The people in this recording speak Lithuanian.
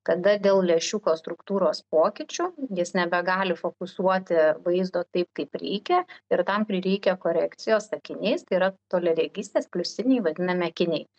kada dėl lęšiuko struktūros pokyčių jis nebegali fokusuoti vaizdo taip kaip reikia ir tam prireikia korekcijos akiniais tai yra toliaregystės pliusiniai vadinami akiniai